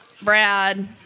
Brad